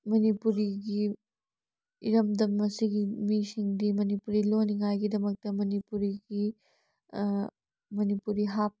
ꯃꯅꯤꯄꯨꯔꯤꯒꯤ ꯏꯔꯝꯗꯝ ꯑꯁꯤꯒꯤ ꯃꯤꯁꯤꯡꯗꯤ ꯃꯅꯤꯄꯨꯔꯤ ꯂꯣꯟꯅꯤꯉꯥꯏꯒꯤꯗꯃꯛꯇ ꯃꯅꯤꯄꯨꯔꯤꯒꯤ ꯃꯅꯤꯄꯨꯔꯤ ꯍꯥꯞ